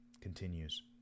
continues